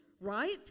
right